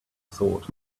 sort